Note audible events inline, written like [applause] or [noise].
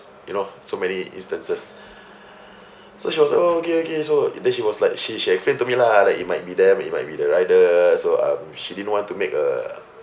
you know so many instances [breath] so she was oh okay okay so then she was like she she explained to me lah like it might be them it might be the rider so um she didn't want to make a